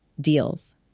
Deals